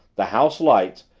the house lights,